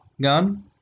gun